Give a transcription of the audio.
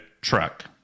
truck